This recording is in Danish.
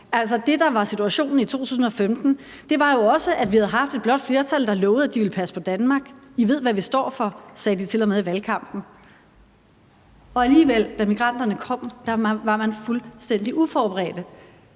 det, der var situationen i 2015, var jo også, at vi havde haft et blåt flertal, der lovede, at de ville passe på Danmark. I ved, hvad vi står for, sagde de til og med i valgkampen. Og alligevel var man, da migranterne kom, fuldstændig uforberedte